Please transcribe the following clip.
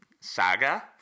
saga